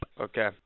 Okay